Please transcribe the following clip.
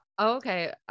okay